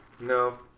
No